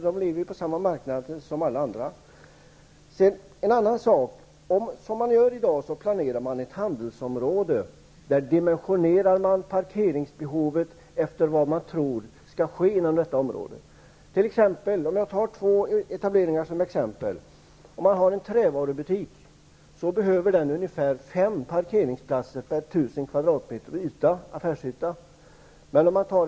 De lever ju på samma marknad som alla andra. Så till en annan sak. Vad man gör i dag är att man planerar ett handelsområde. Parkeringsbehovet dimensioneras efter vad som antas ske inom det aktuella området. Jag tar två olika etableringar som exempel. En trävarubutik behöver ungefär 5 parkeringsplatser per 1 000 m2 affärsyta.